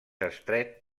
estret